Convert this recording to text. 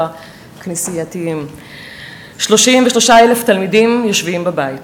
הכנסייתיים מושבתת: 33,000 תלמידים יושבים בבית,